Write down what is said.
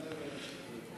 אני אענה להם בשתי דקות.